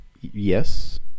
yes